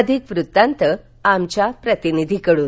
अधिक वृतांत आमच्या प्रतिनिधीकडून